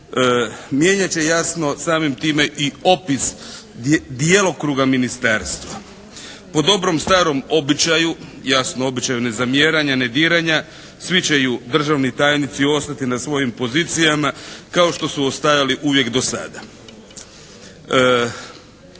Mijenjat će jasno samim time i opis djelokruga ministarstva. Po dobrom starom običaju, jasno običaju nezamjeranja, nediranja svi će državni tajnici ostati na svojim pozicijama kao što su ostajali uvijek do sada.